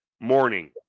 Morning